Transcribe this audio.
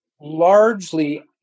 largely